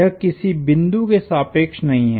यह किसी बिंदु के सापेक्ष नहीं है